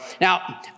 Now